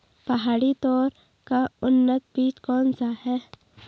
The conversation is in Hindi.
पहाड़ी तोर का उन्नत बीज कौन सा है?